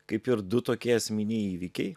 kaip ir du tokie esminiai įvykiai